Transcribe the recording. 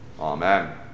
Amen